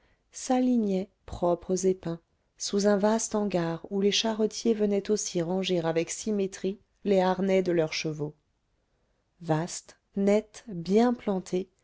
s'alignaient propres et peints sous un vaste hangar où les charretiers venaient aussi ranger avec symétrie les harnais de leurs chevaux vaste nette bien plantée